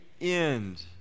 end